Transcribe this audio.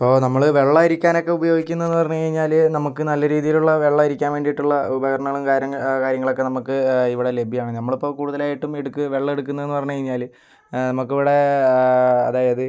ഇപ്പോൾ നമ്മൾ വെള്ളം അരിക്കാനൊക്കെ ഉപയോഗിക്കുന്നതെന്ന് പറഞ്ഞു കഴിഞ്ഞാൽ നമുക്ക് നല്ല രീതിയിലുള്ള വെള്ളമരിക്കാൻ വേണ്ടിയിട്ടുള്ള ഉപകരണങ്ങളും കാര്യങ്ങളും കാര്യങ്ങളൊക്കെ നമുക്ക് ഇവിടെ ലഭ്യമാണ് നമ്മളിപ്പം കൂടുതലായിട്ടും വെള്ളം എടുക്കുന്നതെന്ന് പറഞ്ഞു കഴിഞ്ഞാൽ നമുക്കിവിടെ അതായത്